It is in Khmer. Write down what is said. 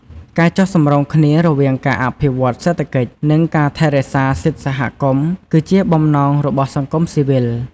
ការចុះសម្រុងគ្នារវាងការអភិវឌ្ឍន៍សេដ្ឋកិច្ច និងការថែរក្សាសិទ្ធិសហគមន៍ គឺជាបំណងរបស់សង្គមស៊ីវិល។